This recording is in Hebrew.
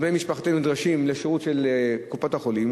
או בני-משפחתנו נדרשים לשירות של קופות-החולים.